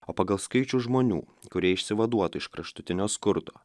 o pagal skaičių žmonių kurie išsivaduotų iš kraštutinio skurdo